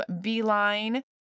Beeline